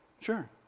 sure